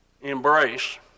embrace